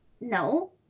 No